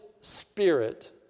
spirit